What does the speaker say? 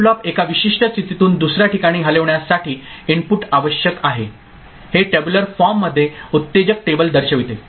flip flop एका विशिष्ट स्थितीतून दुसऱ्या ठिकाणी हलविण्यासाठी इनपुट आवश्यक आहे हे टेब्यूलर फॉर्ममध्ये उत्तेजक टेबल दर्शविते